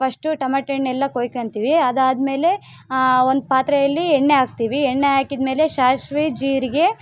first ಟಮಟೆಹಣ್ ಎಲ್ಲ ಕೊಯ್ಕೊತೀವಿ ಅದಾದ್ಮೇಲೆ ಒಂದು ಪಾತ್ರೆಯಲ್ಲಿ ಎಣ್ಣೆ ಹಾಕ್ತೀವಿ ಎಣ್ಣೆ ಹಾಕಿದ್ಮೇಲೆ ಸಾಸ್ವೆ ಜೀರಿಗೆ